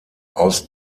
aus